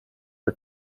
are